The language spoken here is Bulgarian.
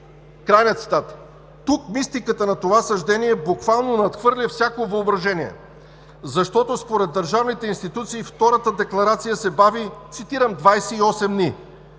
Край на цитата. Тук мистиката на това съждение буквално надхвърля всяко въображение, защото според държавните институции втората декларация се бави, цитирам, 28 дни.